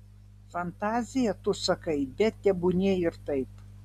fantazija tu sakai bet tebūnie ir taip